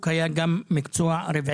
והרבה פעמים לא מקבלים החזר על הכסף.